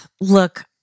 look